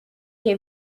que